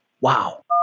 Wow